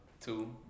two